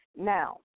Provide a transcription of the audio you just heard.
now